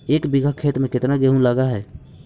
एक बिघा खेत में केतना गेहूं लग है?